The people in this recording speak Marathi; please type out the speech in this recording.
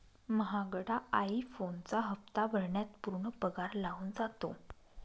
महागडा आई फोनचा हप्ता भरण्यात पूर्ण पगार लागून जातो